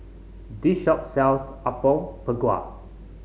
this shop sells Apom Berkuah